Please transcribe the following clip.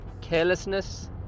carelessness